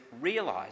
realise